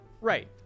right